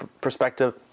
perspective